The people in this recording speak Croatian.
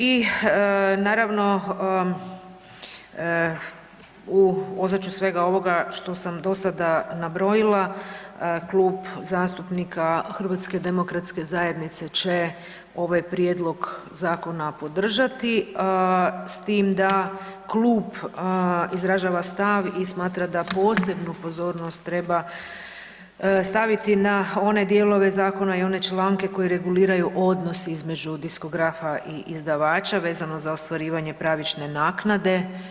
I naravno u ozračju svega ovoga što sam do sada nabrojila Klub zastupnika HDZ-a će ovaj prijedlog zakona podržati s tim da klub izražava stav i smatra da posebnu pozornost treba staviti na one dijelove zakona i one članke koji reguliraju odnos između diskografa i izdavača vezano za ostvarivanje pravične naknade.